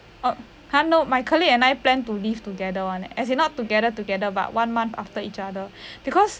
!huh! no my colleague and I plan to leave together [one] eh as in not together together but one month after each other because